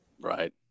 Right